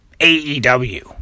AEW